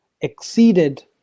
exceeded